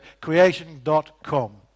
Creation.com